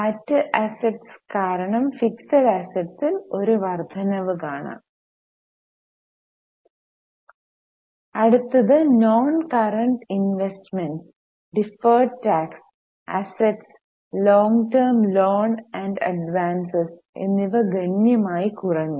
മറ്റു അസ്സെറ്റ്സ് കാരണം ഫിക്സഡ് അസ്സെറ്റിൽ ഒരു വർദ്ധനവ് കാണാം അടുത്തത് നോൺ കറൻറ് ഇന്വേസ്റ്മെന്റ്സ് deferred tax assets long term loan and advances എന്നിവ ഗണ്യമായി കുറഞ്ഞു